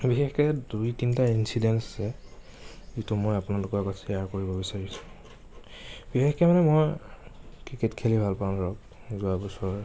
বিশেষকৈ দুই তিনিটা ইন্সিডেন্টচে আছে কিন্তু মই আপোনালোকৰ আগত শ্বেয়াৰ কৰিব বিচাৰিছোঁ বিশেষকৈ মানে মই ক্ৰিকেট খেলি ভালপাওঁ ধৰক যোৱা বছৰ